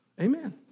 Amen